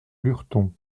lurton